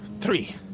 Three